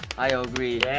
i agree.